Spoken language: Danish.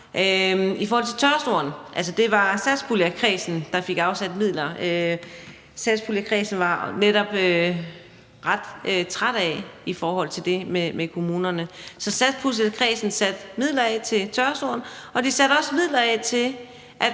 i forhold til tørresnoren. Altså, det var satspuljekredsen, der fik afsat midler. Satspuljekredsen var netop ret træt af det i forhold til kommunerne, så satspuljekredsen satte midler af til tørresnoren, og de satte også midler af til, at